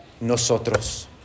nosotros